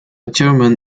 german